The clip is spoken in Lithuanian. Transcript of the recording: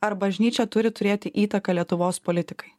ar bažnyčia turi turėti įtaką lietuvos politikai